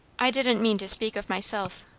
i didn't mean to speak of myself,